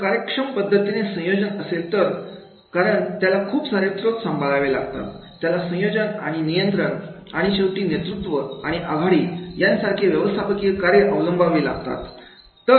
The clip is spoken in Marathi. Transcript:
जर कार्यक्षम पद्धतीने संयोजन असेल तर कारण त्याला खूप सारे स्त्रोत सांभाळावे लागतात त्याला संयोजन आणि नियंत्रण आणि शेवटी नेतृत्व आणि आघाडी यासारखे व्यवस्थापकीय कार्ये अवलंबावी लागतात